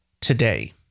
today